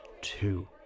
two